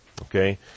okay